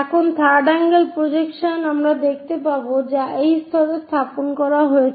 এখন third angle projection আমরা দেখতে পাবো যা এই স্তরে স্থাপন করা হয়েছে